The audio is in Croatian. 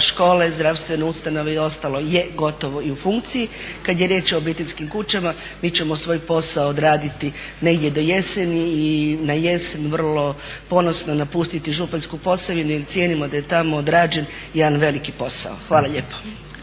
škole, zdravstvene ustanove i ostalo je gotovo i u funkciji. Kad je riječ o obiteljskim kućama mi ćemo svoj posao odraditi negdje do jeseni i na jesen vrlo ponosno napustiti županjsku posavinu jer cijenimo da je tamo odrađen jedan veliki posao. Hvala lijepo.